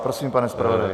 Prosím pane zpravodaji.